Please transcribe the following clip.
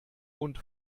und